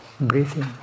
breathing